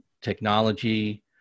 technology